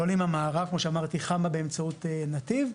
לעולים מהמערב, כמו שאמרתי חמ"ע באמצעות נתיב.